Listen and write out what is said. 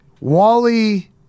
Wally